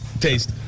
taste